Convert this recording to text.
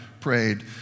prayed